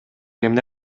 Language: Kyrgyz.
эмне